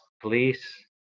police